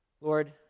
Lord